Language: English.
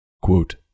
Quote